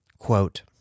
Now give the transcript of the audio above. Quote